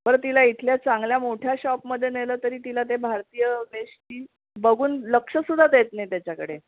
बरं तिला इथल्या चांगल्या मोठ्या शॉपमध्ये नेलं तरी तिला ते भारतीय गोष्टी बघून लक्षसुद्धा देत नाही त्याच्याकडे